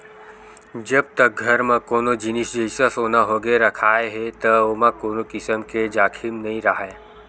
जब तक घर म कोनो जिनिस जइसा सोना होगे रखाय हे त ओमा कोनो किसम के जाखिम नइ राहय